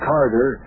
Carter